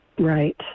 right